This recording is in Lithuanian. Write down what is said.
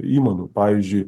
įmonių pavyzdžiui